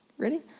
ready?